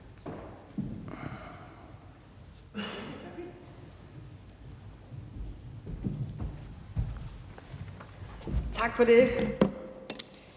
Tak for det.